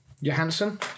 Johansson